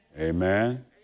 Amen